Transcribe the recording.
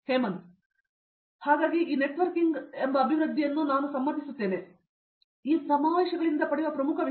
ಹೇಮಂತ್ ಹಾಗಾಗಿ ಈ ನೆಟ್ವರ್ಕಿಂಗ್ ಅಭಿವೃದ್ಧಿಯೊಂದಿಗೆ ನಾನು ಸಮ್ಮತಿಸುತ್ತೇನೆ ನಾವು ಸಮಾವೇಶಗಳಿಂದ ಪಡೆಯುವ ಪ್ರಮುಖ ವಿಷಯ